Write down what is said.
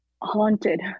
haunted